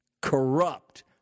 corrupt